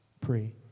pray